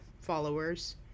followers